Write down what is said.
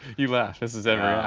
you laugh. this is every